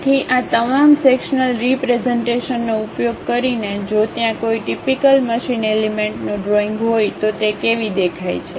તેથી આ તમામ સેક્શન્લ રીપ્રેઝન્ટેશનનો ઉપયોગ કરીને જો ત્યાં કોઈ ટીપીકલ મશીન એલિમેન્ટનું ડ્રોઈંગ હોય તો તે કેવી દેખાય છે